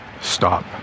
stop